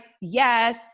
yes